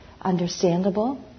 understandable